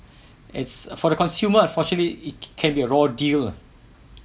it's for the consumer unfortunately it can be a raw deal lah